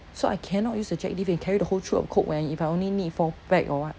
so I cannot use the jack lift and carry the whole troop of coke when if I only need four pack or what